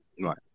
Right